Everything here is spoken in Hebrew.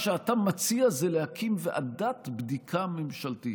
שמה שאתה מציע זה להקים ועדת בדיקה ממשלתית.